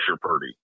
Purdy